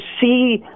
see